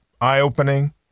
eye-opening